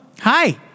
Hi